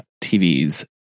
TVs